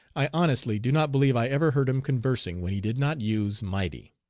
i honestly do not believe i ever heard him conversing when he did not use mighty.